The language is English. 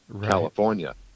California